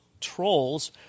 Trolls